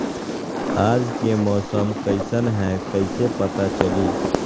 आज के मौसम कईसन हैं कईसे पता चली?